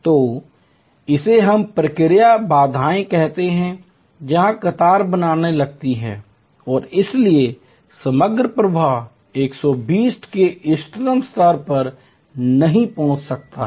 तो इसे हम प्रक्रिया बाधाए कहते हैं जहां कतारें बनने लगती हैं और इसलिए समग्र प्रवाह 120 के इष्टतम स्तर तक नहीं पहुंच सकता है